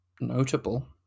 notable